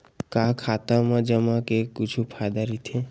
का खाता मा जमा के कुछु फ़ायदा राइथे?